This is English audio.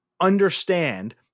understand